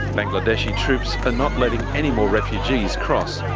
bangladeshi troups are not letting any more refugees cross.